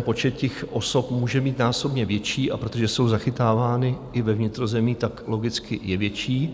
počet těch osob může mít násobně větší, a protože jsou zachytáváni i ve vnitrozemí, logicky je větší.